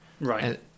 Right